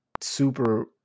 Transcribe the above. super